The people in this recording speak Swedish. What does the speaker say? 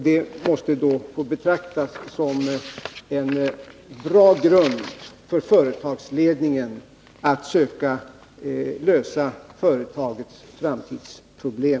Det måste få betraktas som en bra grund för företagsledningen när det gäller att söka lösa företagets framtidsproblem.